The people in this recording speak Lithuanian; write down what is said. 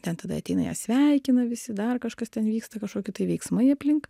ten tada ateina ją sveikina visi dar kažkas ten vyksta kažkokie tai veiksmai aplink